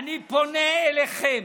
אני פונה אליכם